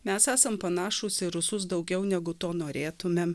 mes esam panašūs į rusus daugiau negu to norėtumėm